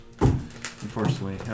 Unfortunately